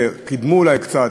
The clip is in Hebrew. וקידמו אולי קצת,